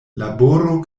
laboro